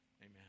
Amen